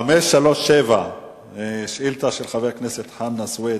חבר הכנסת חנא סוייד